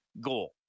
goal